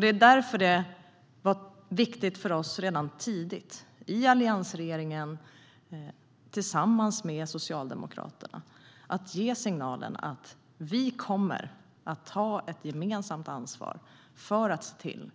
Det är därför som det redan tidigt var viktigt för oss i alliansregeringen tillsammans med Socialdemokraterna att ge signalen att vi kommer att ta ett gemensamt ansvar för att se till